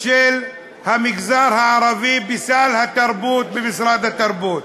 של המגזר הערבי בסל התרבות, במשרד התרבות.